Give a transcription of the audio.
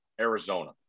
Arizona